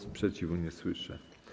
Sprzeciwu nie słyszę.